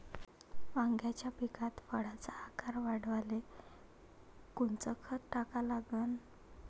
वांग्याच्या पिकात फळाचा आकार वाढवाले कोनचं खत टाका लागन?